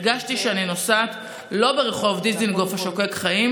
הרגשתי שאני נוסעת לא ברחוב דיזנגוף השוקק חיים